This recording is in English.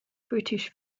british